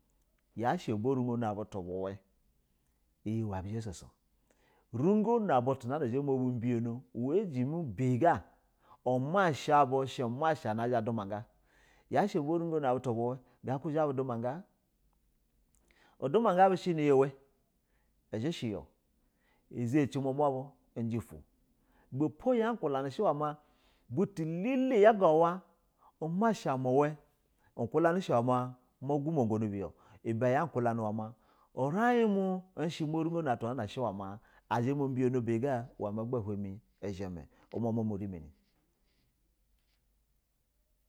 Yashi borugo na butu na aba bososo rugo na zha ma bi gimi biyega o masha bu zha dumaga yashi aba rugo na butu bu we udumwa ga udumwa ga, udumwa ga bu shi iwe, sha ya izeci umamwa jefu iwebepo butu bu lele yaga masha ni iwe ikulashi iwa ma mo gumogonu buye ibe ya kula ɛwe ma rain mo zha zheme umwamwa zha zheme umwamwa u rimimi.